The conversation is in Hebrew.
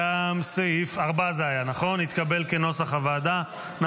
גם סעיף 4, כנוסח הוועדה, התקבל.